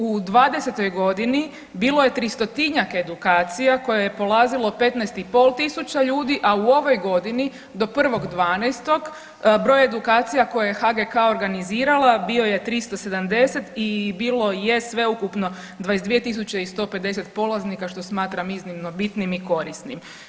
U 2020. godini bilo je tristotinjak edukacija koje je polazilo 15 500 ljudi, a u ovoj godini do 1.12., broj edukacija koje je HGK organizirala, bio je 370 i bilo je sveukupno 22 150 polaznika što smatram iznimno bitnim i korisnim.